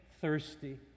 thirsty